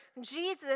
Jesus